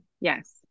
yes